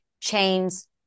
Chains